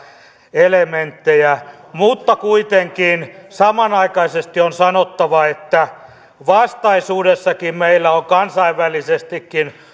elementtejä mutta kuitenkin samanaikaisesti on sanottava että vastaisuudessakin meillä on kansainvälisestikin